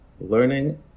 learning